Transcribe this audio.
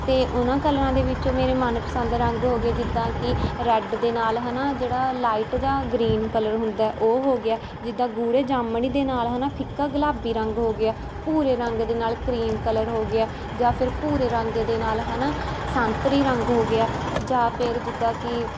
ਅਤੇ ਉਨ੍ਹਾਂ ਕਲਰਾਂ ਦੇ ਵਿੱਚੋਂ ਮੇਰੇ ਮਨਪਸੰਦ ਰੰਗ ਹੋ ਗਏ ਜਿੱਦਾਂ ਕਿ ਰੈੱਡ ਦੇ ਨਾਲ ਹੈ ਨਾ ਜਿਹੜਾ ਲਾਈਟ ਜਿਹਾ ਗ੍ਰੀਨ ਕਲਰ ਹੁੰਦਾ ਉਹ ਹੋ ਗਿਆ ਜਿੱਦਾਂ ਗੂੜ੍ਹੇ ਜਾਮਣੀ ਦੇ ਨਾਲ ਹੈ ਨਾ ਫਿੱਕਾ ਗੁਲਾਬੀ ਰੰਗ ਹੋ ਗਿਆ ਭੂਰੇ ਰੰਗ ਦੇ ਨਾਲ ਕ੍ਰੀਮ ਕਲਰ ਹੋ ਗਿਆ ਜਾਂ ਫਿਰ ਭੂਰੇ ਰੰਗ ਦੇ ਨਾਲ ਹੈ ਨਾ ਸੰਤਰੀ ਰੰਗ ਹੋ ਗਿਆ ਜਾਂ ਫਿਰ ਜਿੱਦਾਂ ਕਿ